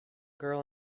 girl